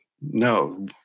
No